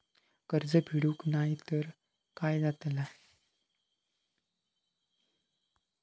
कर्ज फेडूक नाय तर काय जाताला?